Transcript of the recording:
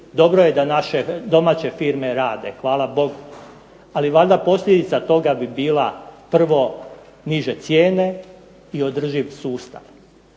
Dobro je da naše domaće firme rade, hvala Bogu. Ali, valjda posljedica toga bi bila prvo niže cijene i održiv sustav.